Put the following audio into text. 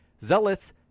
zealots